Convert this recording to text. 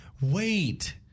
wait